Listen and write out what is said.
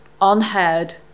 unheard